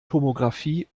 tomographie